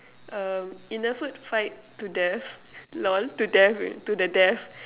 um in a food fight to death lol to death to the death